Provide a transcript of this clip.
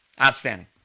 Outstanding